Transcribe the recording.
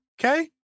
okay